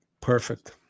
Perfect